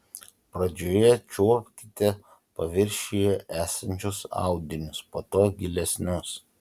pradžioje čiuopkite paviršiuje esančius audinius po to gilesnius